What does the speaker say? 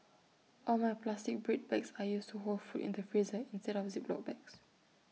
all my plastic bread bags are used to hold food in the freezer instead of Ziploc bags